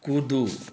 कूदू